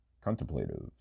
Contemplative